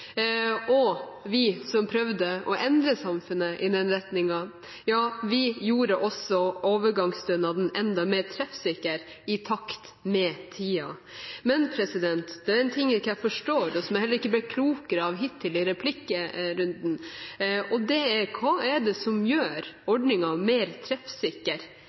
beina. Vi som prøvde å endre samfunnet i den retningen, gjorde også overgangsstønaden enda mer treffsikker, i takt med tiden. Det er en ting jeg ikke forstår, og som jeg hittil heller ikke er blitt klokere av i replikkrunden, og det er hva det er som gjør ordningen mer treffsikker